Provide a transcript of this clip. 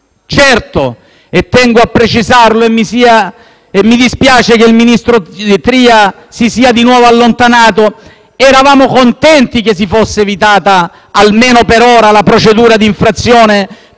Certo - tengo a precisarlo e mi dispiace che il ministro Tria si sia di nuovo allontanato - eravamo contenti che si fosse evitata, almeno per ora, la procedura di infrazione